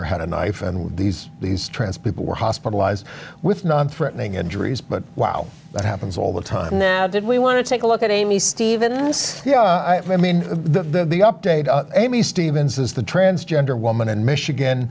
er had a knife and these these trance people were hospitalized with non threatening injuries but wow that happens all the time now did we want to take a look at amy stevens yeah i mean the the update amy stevens is the transgender woman in michigan